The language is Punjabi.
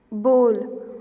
ਬੋਲ